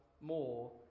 more